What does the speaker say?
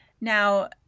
Now